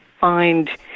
find